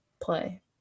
play